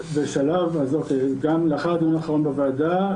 לאחר הדיון האחרון בוועדה,